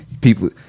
people